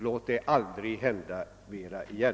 Låt det aldrig hända igen!